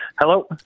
Hello